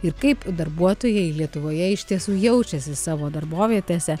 ir kaip darbuotojai lietuvoje iš tiesų jaučiasi savo darbovietėse